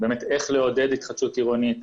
איך לעודד התחדשות עירונית,